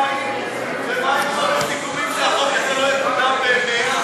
לא ראיתי שבזה יש הצבעה.